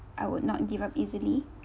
I would not give up easily